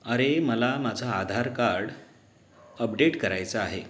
अरे मला माझा आधार कार्ड अपडेट करायचा आहे